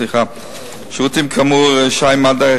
שירותים כאמור רשאי מד"א,